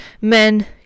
Men